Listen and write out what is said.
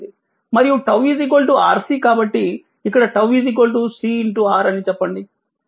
మరియు 𝝉 RC కాబట్టి ఇక్కడ 𝝉 CR అని చెప్పండి